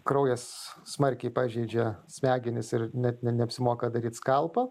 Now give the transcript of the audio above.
kraujas smarkiai pažeidžia smegenis ir net neapsimoka daryt skalpo